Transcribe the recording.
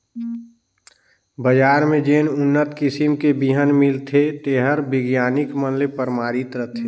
बजार में जेन उन्नत किसम के बिहन मिलथे तेहर बिग्यानिक मन ले परमानित रथे